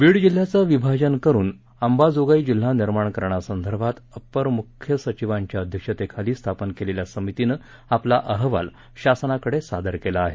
बीड जिल्ह्याचं विभाजन करून अंबाजोगाई जिल्हा निर्माण करण्यासंदर्भात अपर मुख्य सचिवाच्या अध्यक्षतेखाली स्थापन केलेल्या समितीनं आपला अहवाल शासनाकडे सादर केला आहे